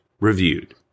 reviewed